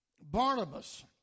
Barnabas